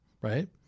right